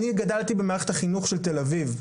אני גדלתי במערכת החינוך של תל אביב,